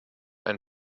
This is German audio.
ein